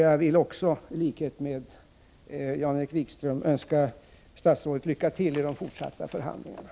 Jag vill också, i likhet med Jan-Erik Wikström, önska statsrådet lycka till i de fortsatta förhandlingarna.